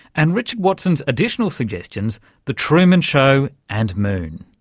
and richard watson's additional suggestions the truman show and moon.